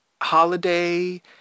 holiday